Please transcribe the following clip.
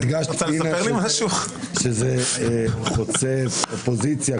הדגשת שזה חוצה אופוזיציה,